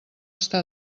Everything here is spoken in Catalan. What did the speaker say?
està